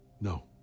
No